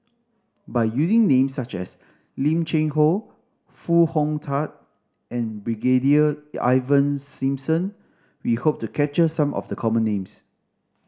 by using names such as Lim Cheng Hoe Foo Hong Tatt and Brigadier Ivan Simson we hope to capture some of the common names